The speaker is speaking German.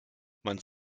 man